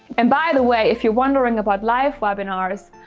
and by the way, if you're wondering about live webinars,